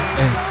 hey